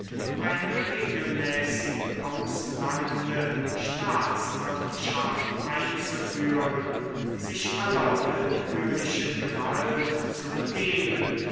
eine regelmäßig auslangende staatswirtschaft einzuführen sich aller willkürlichen gewalt zu begeben